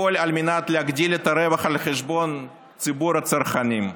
הכול על מנת להגדיל את הרווח על חשבון ציבור הצרכנים,